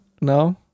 no